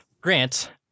Grant